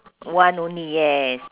one only yes